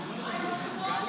אפשר להוסיף אותי?